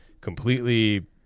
completely